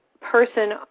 person